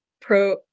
pro